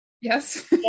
yes